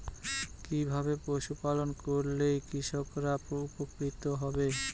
কিভাবে পশু পালন করলেই কৃষকরা উপকৃত হবে?